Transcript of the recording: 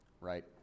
right